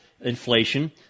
inflation